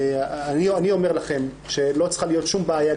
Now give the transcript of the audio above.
אני אומר לכם שלא צריכה להיות שום בעיה.